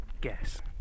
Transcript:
Guess